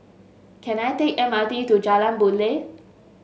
can I take M R T to Jalan Boon Lay